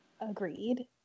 Agreed